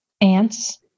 ants